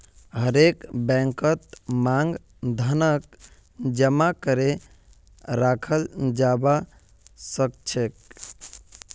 हरेक बैंकत मांग धनक जमा करे रखाल जाबा सखछेक